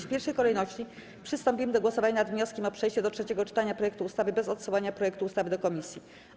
W pierwszej kolejności przystąpimy do głosowania nad wnioskiem o przejście do trzeciego czytania projektu ustawy bez odsyłania projektu ustawy do komisji.